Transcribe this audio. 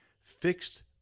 fixed